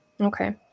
Okay